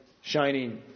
shining